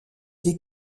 des